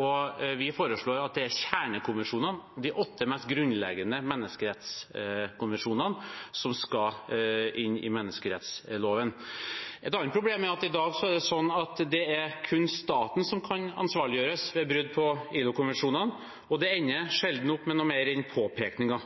og vi foreslår at det er kjernekonvensjonene – de åtte mest grunnleggende menneskerettskonvensjonene – som skal inn i menneskerettsloven. Et annet problem er at i dag er det sånn at det er kun staten som kan ansvarliggjøres ved brudd på ILO-konvensjonene, og det ender sjelden opp med noe mer enn